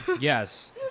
yes